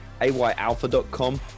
ayalpha.com